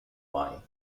way